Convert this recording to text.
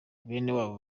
benewabo